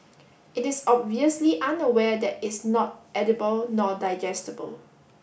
it is obviously unaware that it's not edible nor digestible